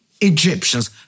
Egyptians